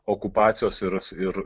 okupacijos ir